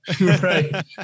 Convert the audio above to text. Right